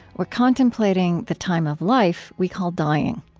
we're contemplating the time of life we call dying.